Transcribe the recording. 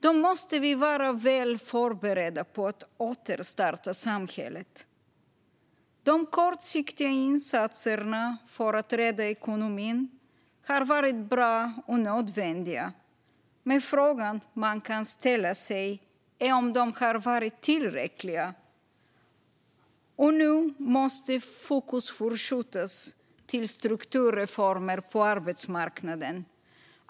Då måste vi vara väl förberedda för att återstarta samhället. De kortsiktiga insatserna för att rädda ekonomin har varit bra och nödvändiga, men frågan man kan ställa sig är om de har varit tillräckliga. Nu måste fokus förskjutas till strukturreformer på arbetsmarknaden.